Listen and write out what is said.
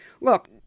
Look